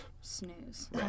snooze